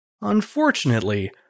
Unfortunately